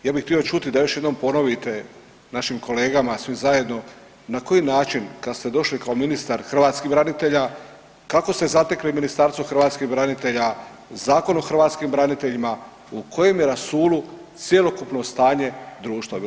Ja bih htio čuti da još jednom ponovite našim kolegama svim zajedno na koji način kad ste došli kao ministar hrvatskih branitelja kakvo ste zatekli Ministarstvo hrvatskih branitelja, Zakon o hrvatskim braniteljima, u kojem je rasulu cjelokupno stanje društva.